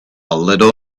little